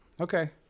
Okay